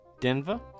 Denver